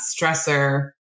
stressor